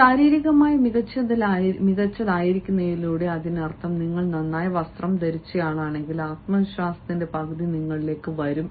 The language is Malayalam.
ശാരീരികമായി മികച്ചതായിരിക്കുന്നതിലൂടെ അതിനർത്ഥം നിങ്ങൾ നന്നായി വസ്ത്രം ധരിച്ചയാളാണെങ്കിൽ ആത്മവിശ്വാസത്തിന്റെ പകുതി നിങ്ങളിലേക്ക് വരും